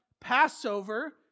Passover